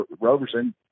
Roberson